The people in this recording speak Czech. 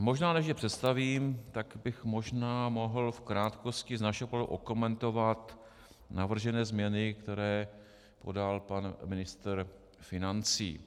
Možná, než je představím, tak bych možná mohl v krátkosti z našeho pohledu okomentovat navržené změny, které podal pan ministr financí.